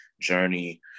journey